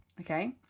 Okay